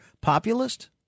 populist